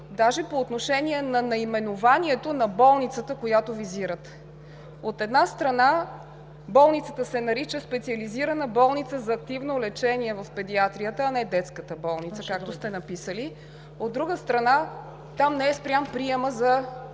даже по отношение на наименованието на болницата, която визирате. От една страна, болницата се нарича Специализираната болница за активно лечение по детски болести, а не детската болница, както сте написали. От друга страна, там не е спрян приемът за